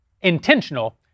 intentional